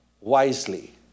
wisely